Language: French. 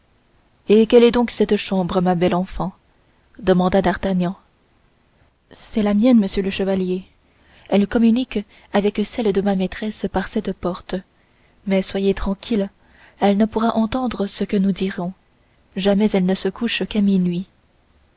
et quelle est donc cette chambre ma belle enfant demanda d'artagnan c'est la mienne monsieur le chevalier elle communique avec celle de ma maîtresse par cette porte mais soyez tranquille elle ne pourra entendre ce que nous dirons jamais elle ne se couche qu'à minuit